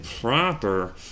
proper